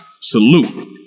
Salute